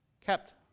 kept